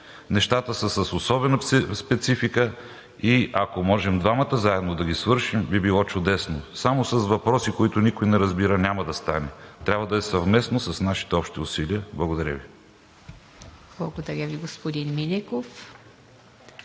Нещата са с особена специфика и ако можем двамата заедно да ги свършим, би било чудесно. Само с въпроси, които никой не разбира, няма да стане. Трябва да е съвместно с нашите общи усилия. Благодаря Ви. ПРЕДСЕДАТЕЛ ИВА МИТЕВА: